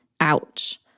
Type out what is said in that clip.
Ouch